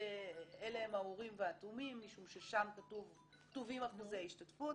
אלה הם האורים והתומים משום ששם כתובים אחוזי ההשתתפות